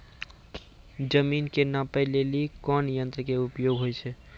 जमीन के नापै लेली कोन यंत्र के उपयोग होय छै?